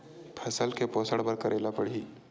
फसल के पोषण बर का करेला पढ़ही?